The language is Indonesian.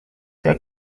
saya